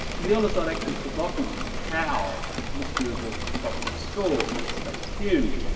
to be honest, i'd actually forgotten how macdougall topped the score but stay tuned.